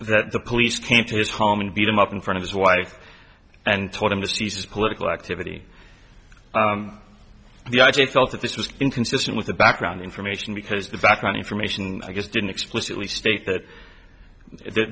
that the police came to his home and beat him up in front of his wife and told him to cease political activity the i actually felt that this was inconsistent with the background information because the background information i just didn't explicitly state that that